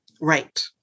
Right